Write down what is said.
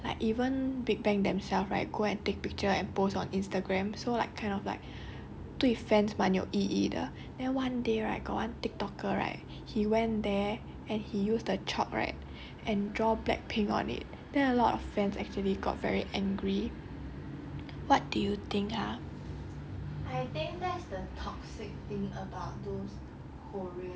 then it has been there for like a lot of years leh then hor like even big bang themselves right go and take picture and post on instagram so like kind of like 对 fans 满有意义的 then one day right got one tiktoker right he went there and he used the chop right and draw blackpink on it then a lot of fans actually got very angry what do you think ah